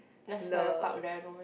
that's farrer park there no meh